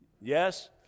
Yes